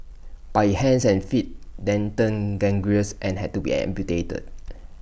but his hands and feet then turned gangrenous and had to be amputated